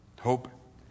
Hope